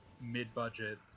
mid-budget